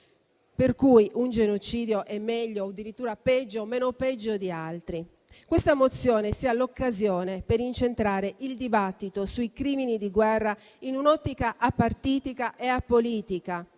per cui un genocidio è meglio o addirittura peggio o meno peggio di altri. Questa mozione sia allora l'occasione per incentrare il dibattito sui crimini di guerra, in un'ottica apartitica e apolitica.